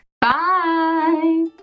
Bye